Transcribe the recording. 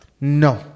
No